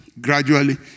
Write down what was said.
gradually